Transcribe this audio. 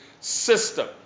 system